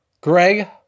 greg